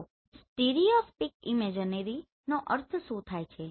તો સ્ટીરીયોસ્કોપિક ઈમેજરીનો અર્થ શું થાય છે